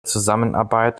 zusammenarbeit